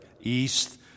east